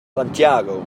santiago